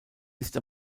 ist